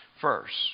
first